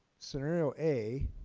scenario a,